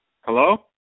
Hello